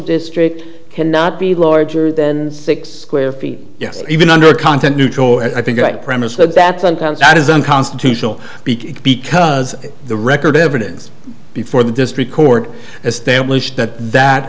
district cannot be larger than six feet yes even under the content neutral i think i premises that sometimes that is unconstitutional because the record evidence before the district court established that that